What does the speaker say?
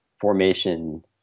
formation